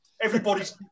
everybody's